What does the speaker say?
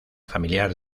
familiar